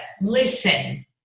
listen